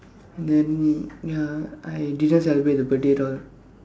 and then ya I didn't celebrate the birthday at all